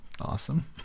awesome